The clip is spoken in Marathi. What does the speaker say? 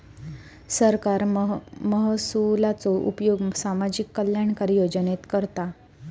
सरकार महसुलाचो उपयोग सामाजिक कल्याणकारी योजनेत करता